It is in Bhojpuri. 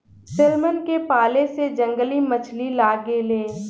सेल्मन के पाले में जंगली मछली लागे ले